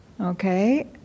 Okay